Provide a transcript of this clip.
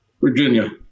Virginia